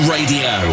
Radio